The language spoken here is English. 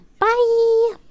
Bye